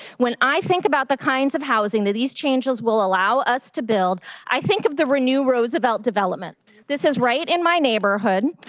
when i think about the kinds of housing that these changes will allow us to build i think of the renewal roosevelt development which is right in my neighborhood.